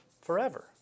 forever